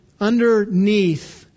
underneath